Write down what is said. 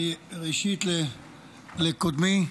ראשית לקודמי,